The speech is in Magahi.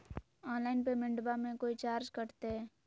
ऑनलाइन पेमेंटबां मे कोइ चार्ज कटते?